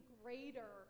greater